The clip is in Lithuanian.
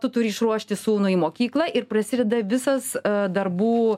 tu turi išruošti sūnų į mokyklą ir prasideda visas darbų